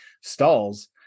stalls